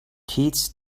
kids